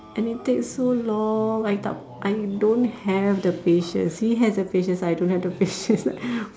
and it takes so long I doubt I don't have the patience he has the patience I don't have the patience